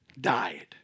died